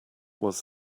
was